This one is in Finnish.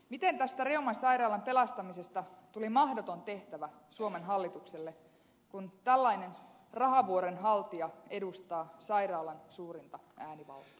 miten tästä reuman sairaalan pelastamisesta tuli mahdoton tehtävä suomen hallitukselle kun tällainen rahavuoren haltija edustaa sairaalan suurinta äänivaltaa